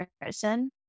person